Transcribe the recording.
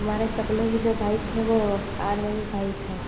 हमारे सपनों की जो बाइक है वो आर वन फाइव है